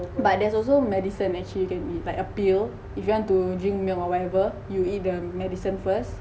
but there's also medicine actually you can eat like a pill if you want to drink milk or whatever you eat the medicine first